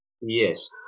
Yes